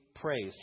praised